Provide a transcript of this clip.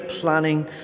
planning